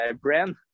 brand